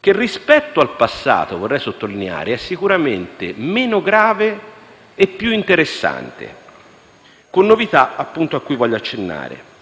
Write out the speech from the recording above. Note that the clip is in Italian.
che rispetto al passato - vorrei sottolineare - è sicuramente meno grave e più interessante, con novità cui appunto voglio accennare.